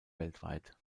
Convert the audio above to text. weltweit